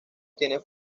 tiene